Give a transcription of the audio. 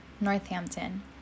Northampton